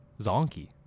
zonkey